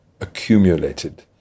accumulated